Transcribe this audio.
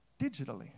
digitally